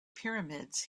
pyramids